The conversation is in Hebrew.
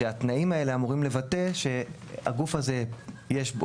שהתנאים האלה אמורים לבטא שהגוף הזה יש בו